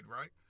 right